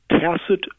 tacit